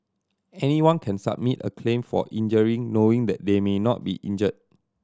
anyone can submit a claim for injury knowing that they may not be injure